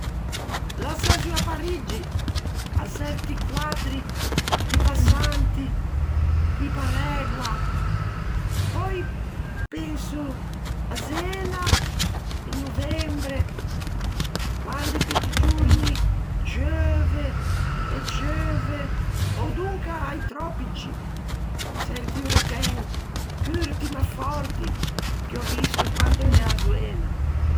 L'assòçio à Pariggi, à çerti quaddri di passanti co-i parægua, pöi penso à Zena in novembre quande pe di giorni ceuve e ceuve, ò donca a-i tròpici, çerti uraghen curti ma fòrti, che ò visto quande ea zoena